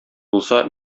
булса